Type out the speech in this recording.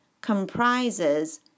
comprises